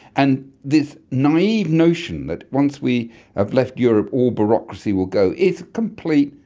and this naive notion that once we have left europe all bureaucracy will go, is complete,